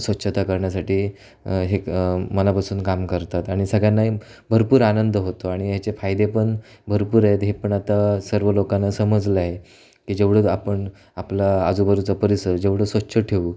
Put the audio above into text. स्वच्छता करण्यासाठी हे मनापासून काम करतात आणि सगळ्यांनाही भरपूर आनंद होतो आणि याचे फायदे पण भरपूर आहेत हे पण आता सर्व लोकांना समजलं आहे की जेवढंच आपण आपला आजूबाजूचा परिसर जेवढं स्वच्छ ठेऊ